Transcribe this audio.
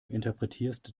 interpretierst